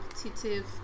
competitive